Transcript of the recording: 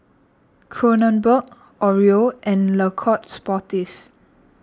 Kronenbourg Oreo and Le Coq Sportif